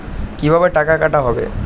কিভাবে টাকা কাটা হবে?